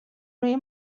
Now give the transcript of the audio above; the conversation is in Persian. روی